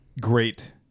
great